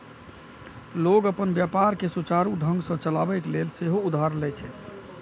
लोग अपन व्यापार कें सुचारू ढंग सं चलाबै लेल सेहो उधार लए छै